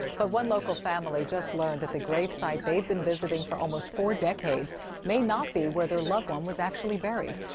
but one local family just learned the grave side they have been visiting for almost four decades may not be where their loved one was actually buried.